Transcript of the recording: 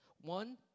One